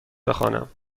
بخوانم